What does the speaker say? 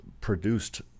produced